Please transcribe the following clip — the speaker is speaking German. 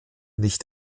nicht